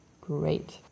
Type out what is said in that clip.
Great